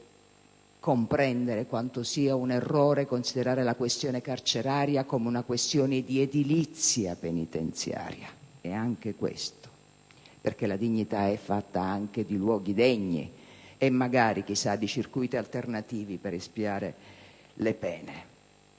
e comprendere quanto sia un errore considerare la questione carceraria come un fatto di edilizia penitenziaria. È anche questo, perché la dignità è fatta anche di luoghi degni e magari, chissà, anche di circuiti alternativi per espiare le pene.